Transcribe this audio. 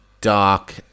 dark